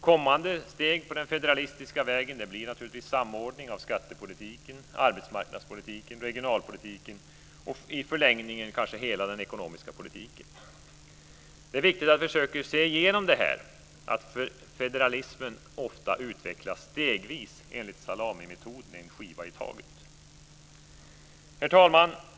Kommande steg på den federalistiska vägen blir naturligtvis samordning av skattepolitiken, arbetsmarknadspolitiken, regionalpolitiken och i förlängningen kanske hela den ekonomiska politiken. Det är viktigt att vi försöker se igenom det här; att federalismen ofta utvecklas stegvis enligt salamimetoden - en skiva i taget. Herr talman!